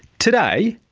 today,